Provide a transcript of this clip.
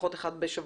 לפחות אחד בשבוע,